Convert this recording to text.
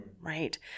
right